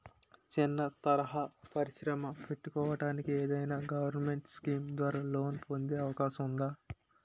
చిన్న తరహా పరిశ్రమ పెట్టుకోటానికి ఏదైనా గవర్నమెంట్ స్కీం ద్వారా లోన్ పొందే అవకాశం ఉందా?